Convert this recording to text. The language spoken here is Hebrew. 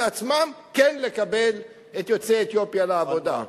עצמם כן לקבל את יוצאי אתיופיה לעבודה.